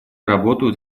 работают